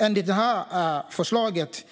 Enligt det här förslaget